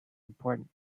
important